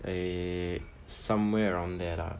eh somewhere around there lah